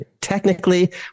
Technically